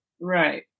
Right